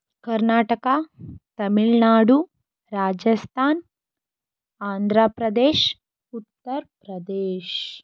Karnataka Tamil Nadu Rajasthan Andhra Pradesh Uttar Pradesh